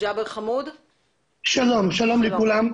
שלום לכולם.